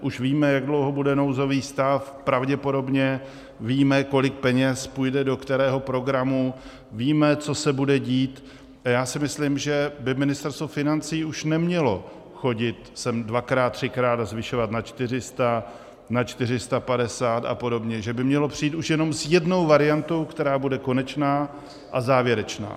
Už víme, jak dlouho bude nouzový stav, pravděpodobně víme, kolik peněz půjde do kterého programu, víme, co se bude dít, a já si myslím, že by Ministerstvo financí už nemělo chodit sem dvakrát, třikrát a zvyšovat na čtyři sta, na čtyři sta padesát a podobně, že by mělo přijít už jenom s jednou variantou, která bude konečná a závěrečná.